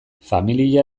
familia